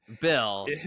Bill